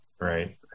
Right